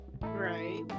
Right